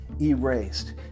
erased